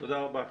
תודה רבה.